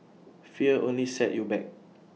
fear only set you back